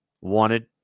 wanted